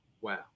Wow